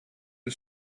the